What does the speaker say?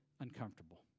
uncomfortable